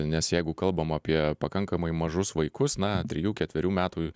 nes jeigu kalbam apie pakankamai mažus vaikus na trijų ketverių metų